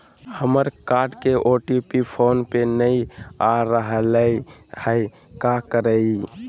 हमर कार्ड के OTP phone पे नई आ रहलई हई, का करयई?